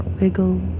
wiggle